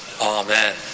Amen